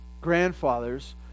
grandfathers